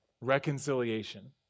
reconciliation